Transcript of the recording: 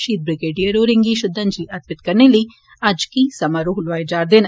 शहीद ब्रिगेडियर होरें'गी श्रद्धांजलिआं अर्पित करने लेई अज्ज केई समारोह लोआए जा'रदे न